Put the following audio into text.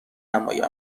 نمایم